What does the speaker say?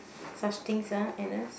such things ah Agnes